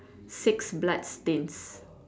six blood stains